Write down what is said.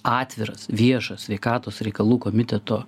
atviras viešas sveikatos reikalų komiteto